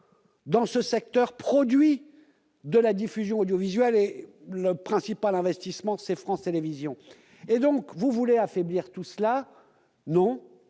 emplois sont le produit de la diffusion audiovisuelle. Or le principal investisseur, c'est France Télévisions. Et vous voulez affaiblir tout cela ! Moi,